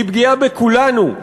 היא פגיעה בכולנו,